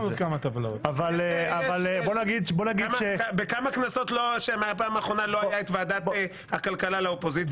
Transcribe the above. בכמה כנסות לא הייתה ועדת הכלכלה לאופוזיציה?